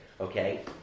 okay